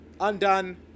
undone